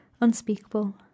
unspeakable